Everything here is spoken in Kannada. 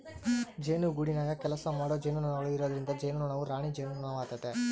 ಜೇನುಗೂಡಿನಗ ಕೆಲಸಮಾಡೊ ಜೇನುನೊಣಗಳು ಇರೊದ್ರಿಂದ ಜೇನುನೊಣವು ರಾಣಿ ಜೇನುನೊಣವಾತತೆ